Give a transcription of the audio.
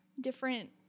different